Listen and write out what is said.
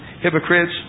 Hypocrites